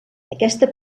aquesta